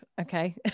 Okay